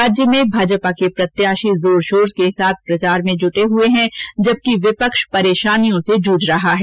राज्य में भाजपा के प्रत्याशी जोरशोर के साथ प्रचार में जुटे हुए हैं जबकि विपक्ष परेशानियों से जूझ रहा है